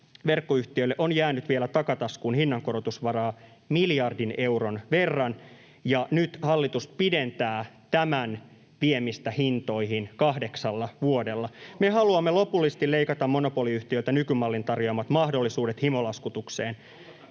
verkkoyhtiöille on jäänyt vielä takataskuun hinnankorotusvaraa miljardin euron verran, ja nyt hallitus pidentää tämän viemistä hintoihin kahdeksalla vuodella. Me haluamme lopullisesti leikata monopoliyhtiöltä nykymallin tarjoamat mahdollisuudet himolaskutukseen.